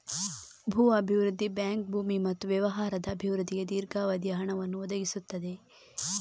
ಭೂ ಅಭಿವೃದ್ಧಿ ಬ್ಯಾಂಕ್ ಭೂಮಿ ಮತ್ತು ವ್ಯವಹಾರದ ಅಭಿವೃದ್ಧಿಗೆ ದೀರ್ಘಾವಧಿಯ ಹಣವನ್ನು ಒದಗಿಸುತ್ತದೆ